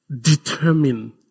determine